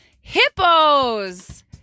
Hippos